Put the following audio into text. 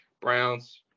Browns